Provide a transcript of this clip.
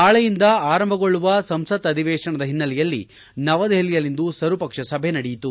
ನಾಳೆಯಿಂದ ಆರಂಭಗೊಳ್ಳುವ ಸಂಸತ್ ಅಧಿವೇಶನದ ಹಿನ್ನೆಲೆಯಲ್ಲಿ ನವದೆಹಲಿಯಲ್ಲಿಂದು ಸರ್ವ ಪಕ್ಷ ಸಭೆ ನಡೆಯಿತು